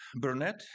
Burnett